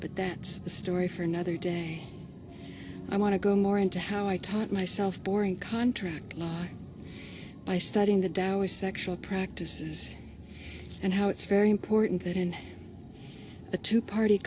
but that's a story for another day i want to go more into how i taught myself boring contract by studying the dour sexual practices and how it's very important that in a two party